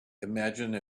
imagine